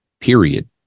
period